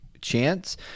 chance